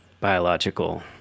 biological